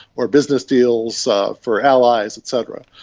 or business deals for allies et cetera.